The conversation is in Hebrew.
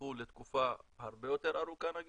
שנמשכו לתקופה הרבה יותר ארוכה, נגיד?